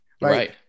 right